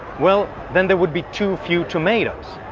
well then, there would be too few tomatoes.